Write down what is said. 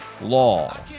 law